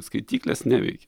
skaityklės neveikia